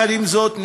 עם זאת,